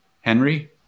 Henry